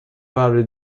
فراری